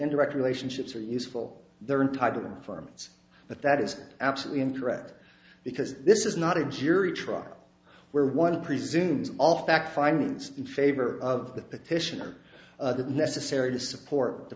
indirect relationships are useful they're entitled farms but that is absolutely incorrect because this is not a jury trial where one presumes all fact findings in favor of the petitioner necessary to support the